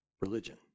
religion